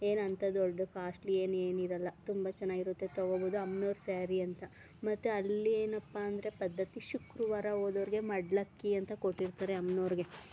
ಏನು ಅಂತ ದೊಡ್ಡ ಕಾಸ್ಟ್ಲಿ ಏನು ಏನು ಇರೋಲ್ಲ ತುಂಬ ಚೆನ್ನಾಗಿರುತ್ತೆ ತಗೋಬೌದು ಅಮ್ನೋರ ಸ್ಯಾರಿ ಅಂತ ಮತ್ತು ಅಲ್ಲಿ ಏನಪ್ಪ ಅಂದರೆ ಪದ್ಧತಿ ಶುಕ್ರವಾರ ಹೋದವ್ರಿಗೆ ಮಡಿಲಕ್ಕಿ ಅಂತ ಕೊಟ್ಟಿರ್ತಾರೆ ಅಮ್ನೋರಿಗೆ